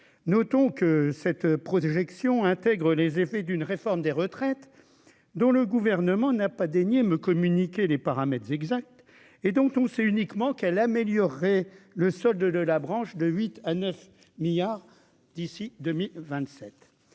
notons que cette projection intègre les effets d'une réforme des retraites dont le gouvernement n'a pas daigné me communiquer les paramètres exacts et dont on sait uniquement qu'elle améliorer le solde de la branche de 8 à 9 milliards d'ici 2027